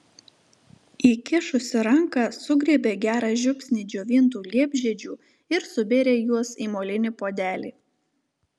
įkišusi ranką sugriebė gerą žiupsnį džiovintų liepžiedžių ir subėrė juos į molinį puodelį